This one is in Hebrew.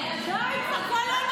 די כבר.